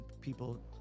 people